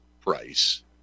price